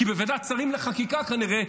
כי בוועדת שרים לחקיקה כנראה,